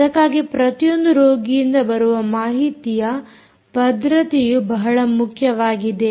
ಅದಕ್ಕಾಗಿ ಪ್ರತಿಯೊಂದು ರೋಗಿಯಿಂದ ಬರುವ ಮಾಹಿತಿಯ ಭದ್ರತೆಯು ಬಹಳ ಮುಖ್ಯವಾಗಿದೆ